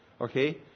Okay